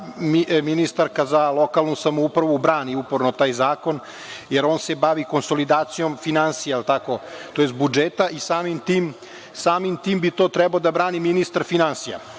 čega ministarka za lokalnu samoupravu brani uporno taj zakon, jer on se bavi konsolidacijom finansija, tj. budžeta i samim tim bi to trebao da brani ministar finansija.